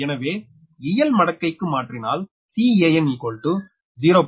எனவே இயல் மடக்கைக்கு மாற்றினால் Can 0